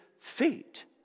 feet